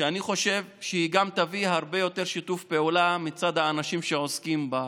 שאני חושב שהיא גם תביא הרבה יותר שיתוף פעולה מצד האנשים שעוסקים בזה.